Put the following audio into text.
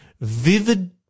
vivid